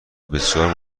بسیار